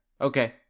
Okay